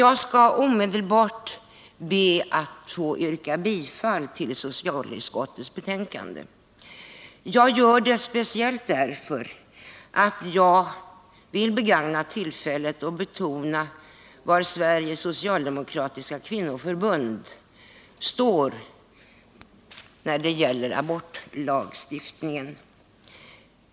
Jag skall omedelbart be att få yrka bifall till hemställan i socialutskottets betänkande. Jag gör detta speciellt därför att jag vill begagna tillfället att betona var Sveriges socialdemokratiska kvinnoförbund står när det gäller abortlagstiftningen.